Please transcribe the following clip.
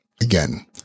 again